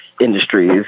industries